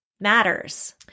matters